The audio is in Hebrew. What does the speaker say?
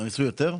יש יותר מיסוי?